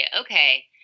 okay